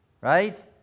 Right